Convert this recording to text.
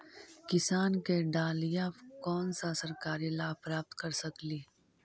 किसान के डालीय कोन सा सरकरी लाभ प्राप्त कर सकली?